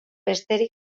besterik